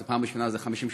זו הפעם הראשונה זה 50 שנה